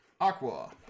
Aqua